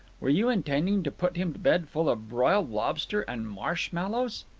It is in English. were you intending to put him to bed full of broiled lobster and marshmallows?